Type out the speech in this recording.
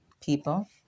people